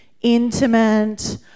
intimate